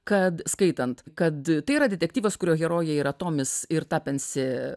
kad skaitant kad tai yra detektyvas kurio herojai yra tomis ir tapensi